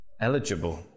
eligible